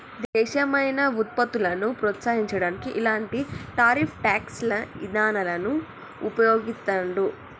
దేశీయమైన వుత్పత్తులను ప్రోత్సహించడానికి ఇలాంటి టారిఫ్ ట్యేక్స్ ఇదానాలను వుపయోగిత్తండ్రు